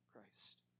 Christ